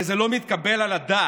הרי זה לא מתקבל על הדעת